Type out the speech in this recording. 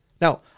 Now